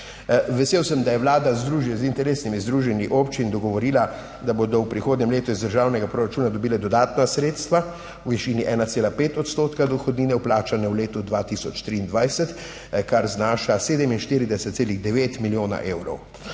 Vesel sem, da je Vlada z interesnimi združenji občin dogovorila, da bodo v prihodnjem letu iz državnega proračuna dobili dodatna sredstva v višini 1,5 odstotka dohodnine, vplačane v letu 2023, kar znaša 47,9 milijona evrov.